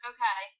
Okay